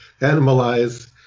animalize